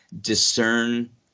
discern